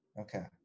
Okay